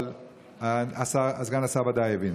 אבל סגן השר ודאי הבין.